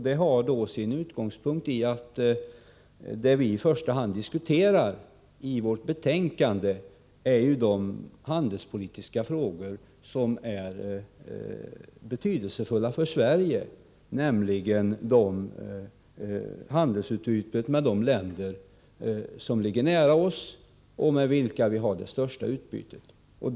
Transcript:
Det har då sin förklaring i att det vi i första hand berör i betänkandet är de handelspolitiska frågor som är betydelsefulla för Sverige, nämligen handelsutbytet med de länder som ligger nära oss och med vilka vi har det största utbytet.